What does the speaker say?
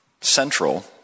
central